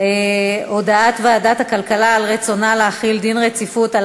הודעת הממשלה על רצונה להחיל דין רציפות על